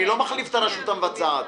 אני לא מחליף את הרשות המבצעת.